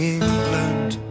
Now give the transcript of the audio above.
England